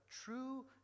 true